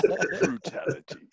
Brutality